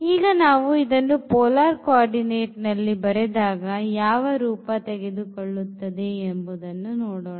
ಈಗ ನಾವು ಇದನ್ನು polar coordinateನಲ್ಲಿ ಬರೆದಾಗ ಯಾವ ರೂಪ ತೆಗೆದುಕೊಳ್ಳುತ್ತದೆ ಎಂದು ನೋಡೋಣ